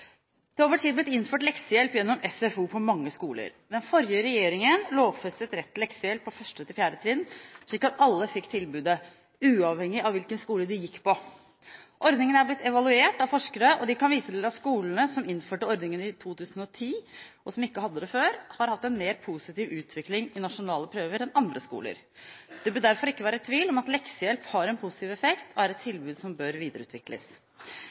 Det har over tid blitt innført leksehjelp gjennom SFO på mange skoler. Den forrige regjeringen lovfestet rett til leksehjelp på 1.–4. trinn, slik at alle fikk tilbudet, uavhengig av hvilken skole de gikk på. Ordningen er blitt evaluert av forskere, og de kan vise til at skolene som innførte ordningen i 2010, og som ikke hadde det før, har hatt en mer positiv utvikling i nasjonale prøver enn andre skoler. Det bør derfor ikke være tvil om at leksehjelp har en positiv effekt og er et tilbud som bør videreutvikles.